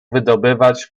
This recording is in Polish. wydobywać